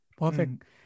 Perfect